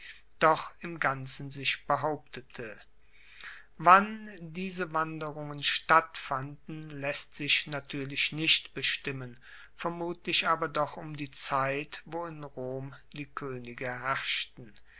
doch im ganzen sich behauptete wann diese wanderungen stattfanden laesst sich natuerlich nicht bestimmen vermutlich aber doch um die zeit wo in rom die koenige